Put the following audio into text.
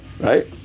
Right